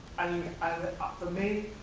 and for me,